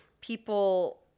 people